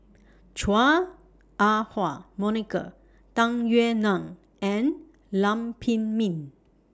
Chua Ah Huwa Monica Tung Yue Nang and Lam Pin Min